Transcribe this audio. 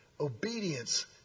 Obedience